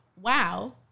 wow